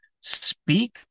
speak